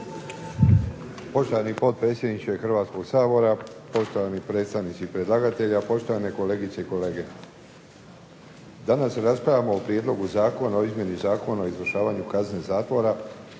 Poštovani potpredsjedniče Hrvatskog sabora, poštovani predstavnici predlagatelja, poštovane kolegice i kolege. Danas raspravljamo o Prijedlogu zakona o izmjeni Zakona o izvršavanju kazne zatvora